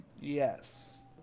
Yes